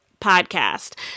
podcast